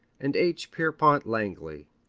and h. pierpont langley,